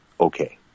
okay